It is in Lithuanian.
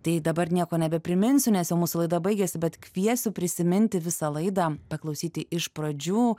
tai dabar nieko nebepriminsiu nes jau mūsų laida baigiasi bet kviesiu prisiminti visą laidą paklausyti iš pradžių